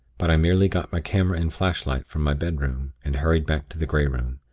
but i merely got my camera and flashlight from my bedroom, and hurried back to the grey room.